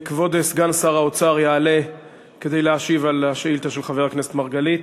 כבוד סגן שר האוצר יעלה כדי להשיב על השאילתה של חבר הכנסת מרגלית.